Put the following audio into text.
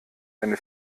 eine